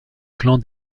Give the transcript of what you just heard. clan